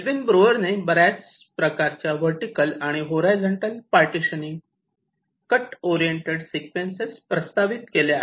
Melvin ब्रुअरने बऱ्याच प्रकारच्या वर्टीकल आणि horizontal partitioning cut oriented sequence प्रस्तावित केल्या आहेत